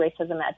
racism